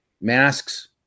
masks